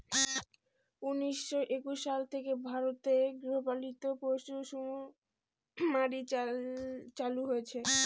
উনিশশো উনিশ সাল থেকে ভারতে গৃহপালিত পশুসুমারী চালু হয়েছে